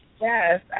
Yes